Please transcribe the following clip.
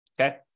okay